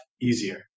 easier